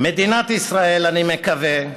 "מדינת ישראל, אני מקווה,